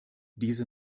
diese